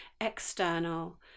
external